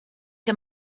der